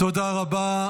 תודה רבה.